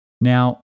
Now